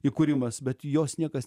įkūrimas bet jos niekas